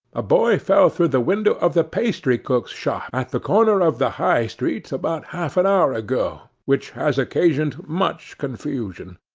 a boy fell through the window of the pastrycook's shop at the corner of the high-street about half an hour ago, which has occasioned much confusion.